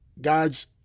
God's